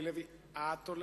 חברת הכנסת אורלי לוי, את הולכת?